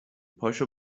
پاشو